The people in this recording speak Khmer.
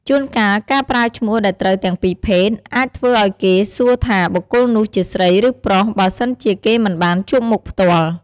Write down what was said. ជួនកាលការប្រើឈ្មោះដែលត្រូវទាំងពីរភេទ អាចធ្វើឱ្យគេសួរថាបុគ្គលនោះជាស្រី ឬ ប្រុស បើសិនជាគេមិនបានជួបមុខផ្ទាល់។